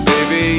Baby